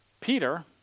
Peter